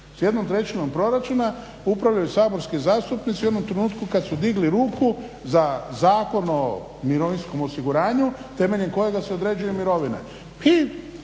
S jednom trećinom proračuna upravljaju saborski zastupnici u onom trenutku kada su digli ruku za Zakon o mirovinskom osiguranju temeljem kojega se određuju mirovine.